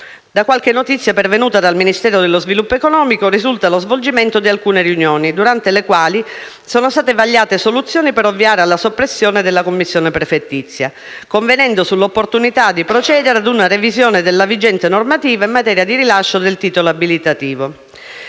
Da qualche notizia pervenuta dal Ministero dello sviluppo economico risulta lo svolgimento di alcune riunioni, durante le quali sono state vagliate soluzioni per ovviare alla soppressione della commissione prefettizia, convenendo sull'opportunità di procedere ad una revisione della vigente normativa in materia di rilascio del titolo abilitativo.